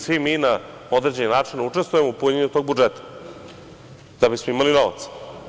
Svi mi na određeni način učestujemo u punjenju tog budžeta da bismo imali novac.